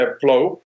flow